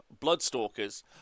Bloodstalkers